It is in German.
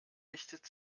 richtet